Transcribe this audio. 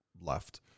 left